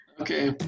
Okay